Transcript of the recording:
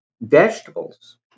Vegetables